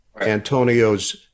Antonio's